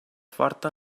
forta